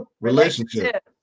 relationship